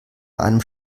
einem